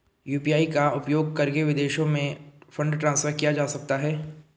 UPI का उपयोग करके विदेशों में फंड ट्रांसफर किया जा सकता है?